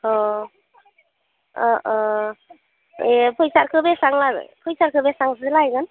अ अ अ एह फैसाखौ बेसेबां लागोन फैसाखौ बेसेबांसो लागोन